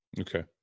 okay